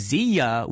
Zia